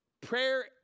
prayer